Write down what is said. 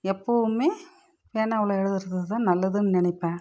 எப்பவுமே பேனாவில் எழுதுகிறதுதான் நல்லதுன் நினப்பேன்